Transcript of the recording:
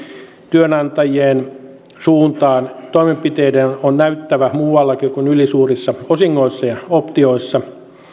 työnantajien suuntaan toimenpiteiden on näyttävä muuallakin kuin ylisuurissa osingoissa ja optioissa